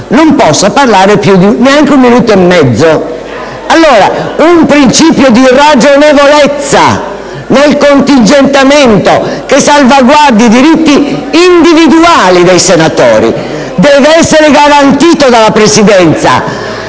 non posso parlare neanche un minuto e mezzo. Allora, un principio di ragionevolezza nel contingentamento, che salvaguardi i diritti individuali dei senatori deve essere garantito dalla Presidenza.